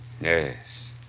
Yes